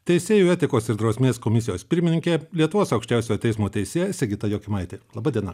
teisėjų etikos ir drausmės komisijos pirmininkė lietuvos aukščiausiojo teismo teisėja sigita jokimaitė laba diena